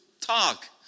talk